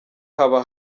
haba